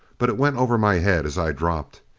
but it went over my head as i dropped.